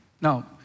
Now